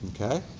Okay